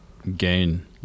Gain